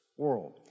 World